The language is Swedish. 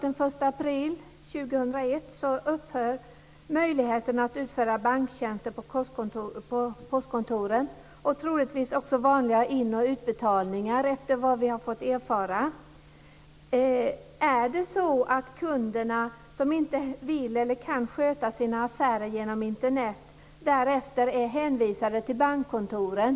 Den 1 april 2001 upphör tyvärr möjligheten att utföra banktjänster på postkontoren och troligtvis också vanliga in och utbetalningar, efter vad vi har fått erfara. Är det så att kunderna, som inte vill eller inte kan sköta sina affärer genom Internet, därefter är hänvisade till bankkontoren?